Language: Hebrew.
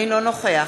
אינו נוכח